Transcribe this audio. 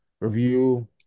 review